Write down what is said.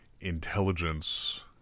intelligence